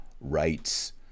rights